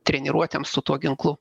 treniruotėms su tuo ginklu